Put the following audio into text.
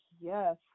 yes